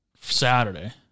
Saturday